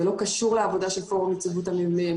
זה לא קשור לעבודה של פורום יציבות המבנים.